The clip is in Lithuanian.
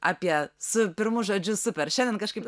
apie su pirmu žodžiu super šiandien kažkaip